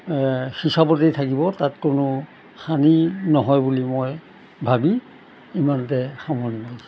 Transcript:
হিচাবতেই থাকিব তাত কোনো হানি নহয় বুলি মই ভাবি ইমানতে সামৰণি মাৰিছোঁ